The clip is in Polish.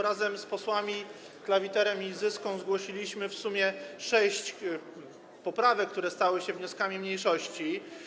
Razem z posłami Klawiterem i Zyską zgłosiliśmy w sumie sześć poprawek, który stały się wnioskami mniejszości.